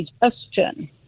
digestion